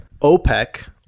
OPEC